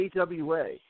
AWA